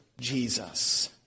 Jesus